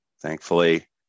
thankfully